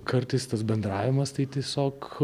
kartais tas bendravimas tai tiesiog